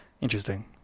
interesting